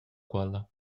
quella